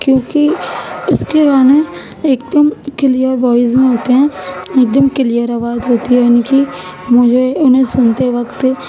کیوں کہ اس کے گانے ایک دم کلیئر وائز میں ہوتے ہیں ایک دم کلیئر آواز ہوتی ہے ان کی مجھے انہیں سنتے وقت